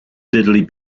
diddley